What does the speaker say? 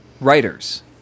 writers